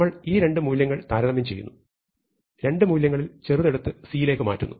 നമ്മൾ ഈ രണ്ട് മൂല്യങ്ങൾ താരതമ്യം ചെയ്യുന്നു രണ്ട് മൂല്യങ്ങളിൽ ചെറുത് എടുത്ത് C യിലേക്ക് മാറ്റുന്നു